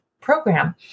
program